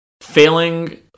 Failing